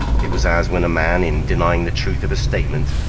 it was as when a man, in denying the truth of a statement,